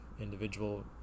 individual